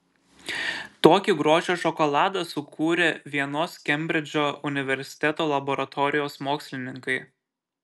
tokį grožio šokoladą sukūrė vienos kembridžo universiteto laboratorijos mokslininkai